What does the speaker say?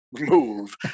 move